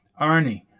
Arnie